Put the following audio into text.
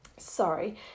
Sorry